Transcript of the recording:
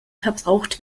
verbraucht